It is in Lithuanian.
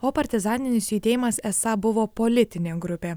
o partizaninis judėjimas esą buvo politinė grupė